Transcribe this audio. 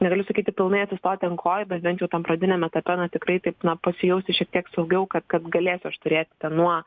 negaliu sakyti pilnai atsistoti ant kojų bet bent jau tam pradiniam etape na tikrai taip na pasijausti šiek tiek saugiau kad kad galėsiu aš turėti nuo